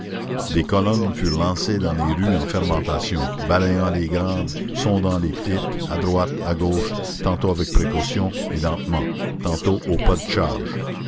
des colonnes furent lancées dans les rues en fermentation balayant les grandes sondant les petites à droite à gauche tantôt avec précaution et lentement tantôt au pas de charge